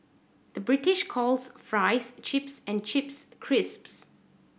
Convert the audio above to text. the British calls fries chips and chips crisps